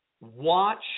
watch